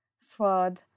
fraud